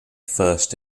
first